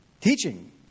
teaching